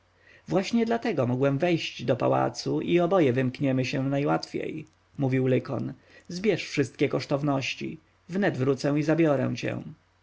właśnie dlatego mogłem wejść do pałacu i oboje wymkniemy się najłatwiej mówił lykon zbierz wszystkie kosztowności wnet wrócę i zabiorę cię